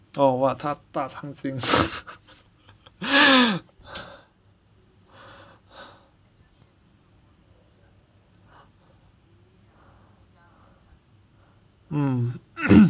oh what 他大长今 mm